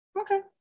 okay